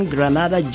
Granada